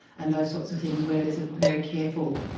and those sorts of things, where there's a very careful,